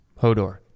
Hodor